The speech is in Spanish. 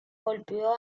volvió